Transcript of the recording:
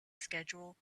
schedule